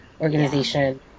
organization